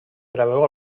preveu